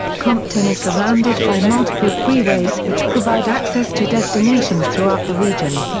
compton is surrounded by multiple freeways which provide access to destinations throughout the region.